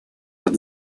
под